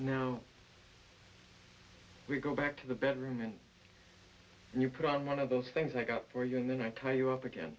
now we go back to the bedroom and and you could i'm one of those things i got for you and then i tell you up again